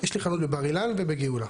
יש לי חנות בבר אילן ובגאולה.